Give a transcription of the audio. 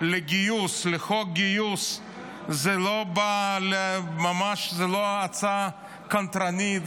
לחוק גיוס היא ממש לא קנטרנית.